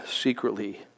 secretly